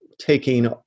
taking